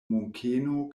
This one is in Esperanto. munkeno